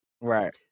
Right